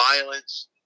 violence